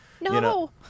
No